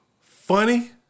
funny